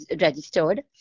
registered